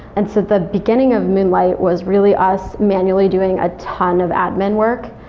and so the beginning of moonlight was really us manually doing a ton of admin work.